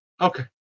Okay